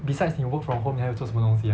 besides 你 work from home 你还有做什么东西 ah